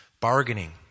bargaining